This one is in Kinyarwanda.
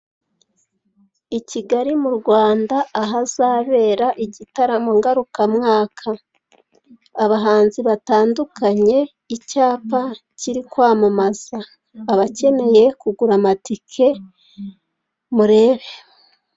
I Kigali mu Rwanda ahazabera igitaramo ngarukamwaka. Abahanzi batandukanye, icyapa kiri kwamamaza. Abakeneye kugura amatike murebe.